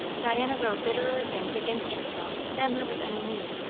diana wrote bitterer things against herself than there was any need.